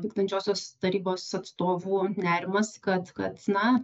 vykdančiosios tarybos atstovų nerimas kad kad na